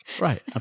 Right